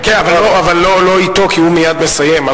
אבל לא אתו, כי הוא מייד מסיים.